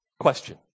Question